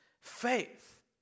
faith